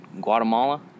Guatemala